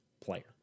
player